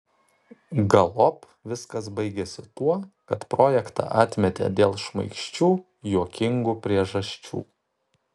galop viskas baigėsi tuo kad projektą atmetė dėl šmaikščių juokingų priežasčių